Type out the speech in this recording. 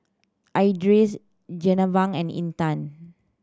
Idris Jenab and Intan